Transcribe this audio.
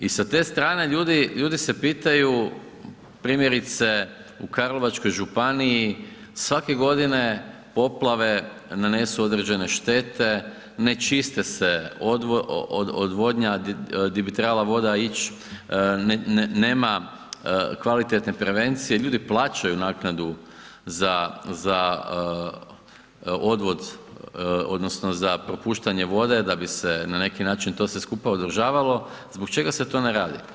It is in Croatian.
I sa te strane ljudi se pitaju, primjerice u karlovačkoj županiji svake godine poplave nanesu određene štete, ne čiste se odvodnja di bi trebala voda ić, nema kvalitetne prevencije, ljudi plaćaju naknadu za odvod odnosno za propuštanje vode da bi se na neki način to sve skupa održavalo, zbog čega se to ne radi?